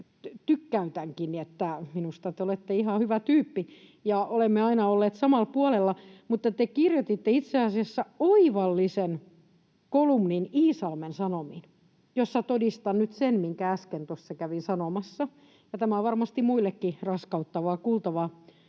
tykkäänkin, minusta te olette ihan hyvä tyyppi ja olemme aina olleet samalla puolella — että te kirjoititte itse asiassa oivallisen kolumnin Iisalmen Sanomiin, jolla todistan nyt sen, minkä äsken tuossa kävin sanomassa. Tämä on varmasti muillekin raskauttavaa kuultavaa,